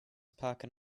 pocket